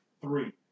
three